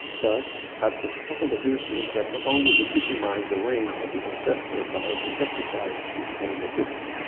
thus had to extol the virtues that not only legitimized the reign of his ancestor but also justified his own position.